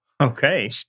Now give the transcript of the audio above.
Okay